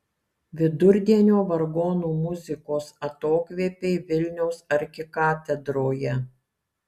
vidurdienio vargonų muzikos atokvėpiai vilniaus arkikatedroje